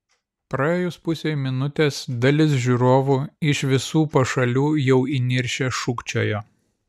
praėjus pusei minutės dalis žiūrovų iš visų pašalių jau įniršę šūkčiojo